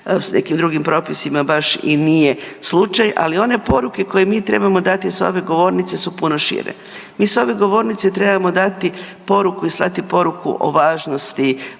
s nekim drugim propisima baš i nije slučaj. Ali, one poruke koje mi trebamo dati s ove govornice su puno šire. Mi s ove govornice trebamo dati poruku i slati poruku o važnosti